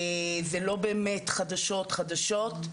זה לא באמת חדשות חדשות,